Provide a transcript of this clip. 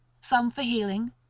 some for healing,